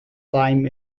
time